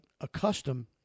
accustomed